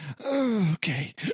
okay